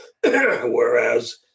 whereas